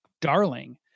darling